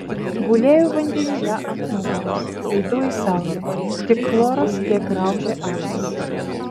gulėjau vandenyje ant nugaros veidu į saulę tik chloras kiek graužė akis